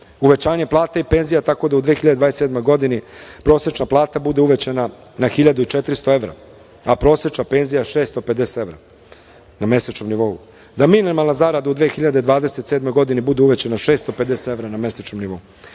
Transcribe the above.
uvećanje plata i penzija, tako da u 2027. godini prosečna plata bude uvećana na 1.400 evra, a prosečna penzija 650 evra na mesečnom nivou, da minimalna zarada u 2027. godini bude uvećana na 650 evra na mesečnom nivou,